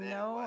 no